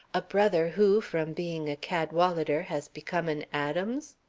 a brother who, from being a cadwalader, has become an adams!